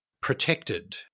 protected